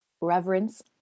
reverence